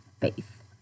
faith